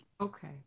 Okay